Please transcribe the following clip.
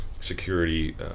security